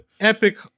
Epic